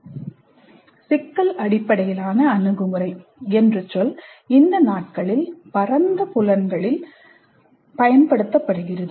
'சிக்கல் அடிப்படையிலான அணுகுமுறை' என்ற சொல் இந்த நாட்களில் பல பரந்த புலன்களில் பயன்படுத்தப்படுகிறது